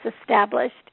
established